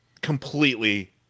completely